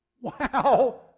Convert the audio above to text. Wow